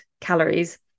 calories